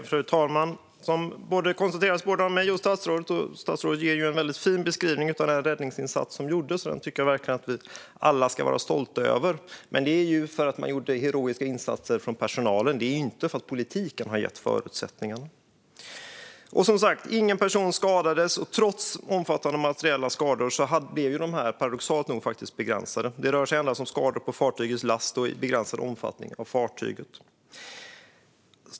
Fru talman! Statsrådet gav ju en väldigt fin beskrivning av den räddningsinsats som gjordes, och jag tycker verkligen att vi alla ska vara stolta över den. Det är dock för att personalen gjorde heroiska insatser, inte för att politiken har gett förutsättningar för detta. Som sagt var det ingen person som skadades, och trots att de materiella skadorna blev omfattande blev de, paradoxalt nog, ändå begränsade - det rörde sig endast om skador på fartygets last och i begränsad omfattning på fartyget.